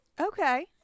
Okay